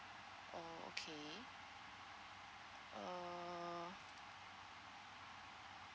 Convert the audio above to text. oh okay uh